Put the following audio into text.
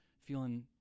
feeling